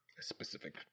specific